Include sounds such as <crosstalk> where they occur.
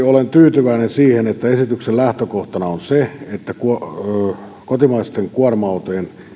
<unintelligible> olen tyytyväinen siihen että esityksen lähtökohtana on se että kotimaisten kuorma autojen